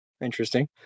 interesting